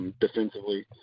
Defensively